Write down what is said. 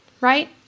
right